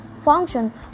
function